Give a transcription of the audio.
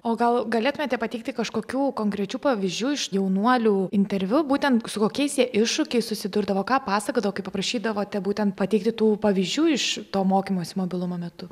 o gal galėtumėte pateikti kažkokių konkrečių pavyzdžių iš jaunuolių interviu būtent su kokiais jie iššūkiais susidurdavo ką pasakodavo kaip paprašydavote būtent pateikti tų pavyzdžių iš to mokymosi mobilumo metu